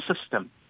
system